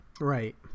Right